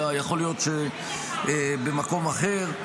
אלא יכול להיות שבמקום אחר.